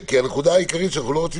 הנקודה העיקרית היא שאנחנו לא רוצים